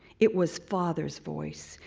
it was father's voice.